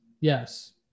yes